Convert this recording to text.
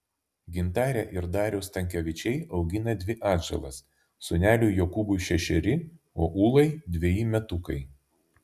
gintarė ir darius stankevičiai augina dvi atžalas sūneliui jokūbui šešeri o ūlai dveji metukai